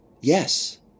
Yes